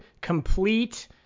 complete